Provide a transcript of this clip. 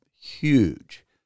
huge